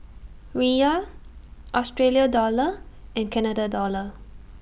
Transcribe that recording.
Riyal Australia Dollar and Canada Dollar